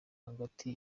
hagati